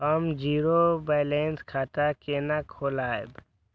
हम zero balance खाता केना खोलाब?